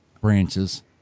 Branches